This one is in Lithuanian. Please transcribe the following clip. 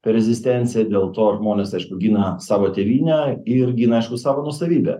rezistencija dėl to žmonės gina savo tėvynę ir gina savo nuosavybę